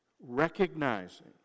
Recognizing